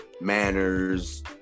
manners